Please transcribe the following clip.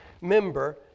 member